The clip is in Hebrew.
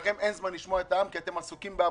לכם אין זמן לשמוע את העם כי אתם עסוקים בעבודה,